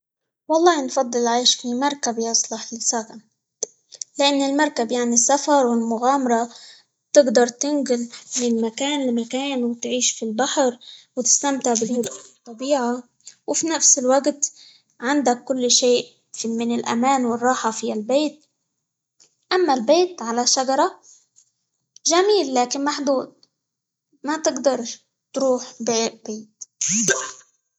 والله نفضل العيش في المركب اللي يصلح للسكن؛ لإن المركب يعني السفر، والمغامرة، تقدر تنقل من مكان لمكان، وتعيش في البحر، وتستمتع بالطبيعة، وفي نفس الوقت عندك كل شيء -ف- من الأمان، والراحة، في البيت، أما البيت على شجرة جميل لكن محدود، ما بتقدر تروح بعيد